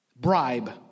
bribe